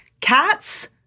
Cats